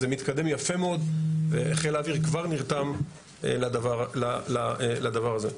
זה מתקדם יפה מאוד, חיל האוויר כבר נרתם לדבר הזה.